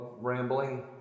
rambling